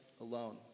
alone